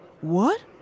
What